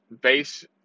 base